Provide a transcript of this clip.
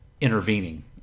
intervening